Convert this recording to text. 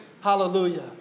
Hallelujah